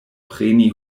preni